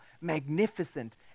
magnificent